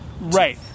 Right